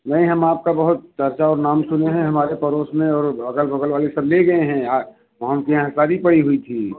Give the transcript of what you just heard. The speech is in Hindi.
नहीं हम आपका बहुत चर्चा और नाम सुने हैं हमारे पड़ोस में और अगल बगल वाले सब ले गए हैं आ यहाँ शादी पड़ी हुई थी